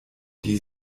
die